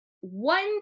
one